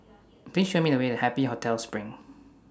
Please Show Me The Way to Happy Hotel SPRING